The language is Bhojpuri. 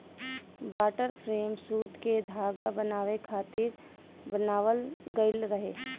वाटर फ्रेम सूत के धागा बनावे खातिर बनावल गइल रहे